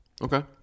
Okay